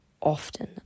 often